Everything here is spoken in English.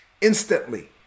instantly